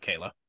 Kayla